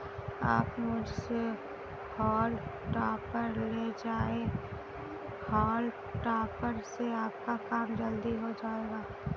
आप मुझसे हॉउल टॉपर ले जाएं हाउल टॉपर से आपका काम जल्दी हो जाएगा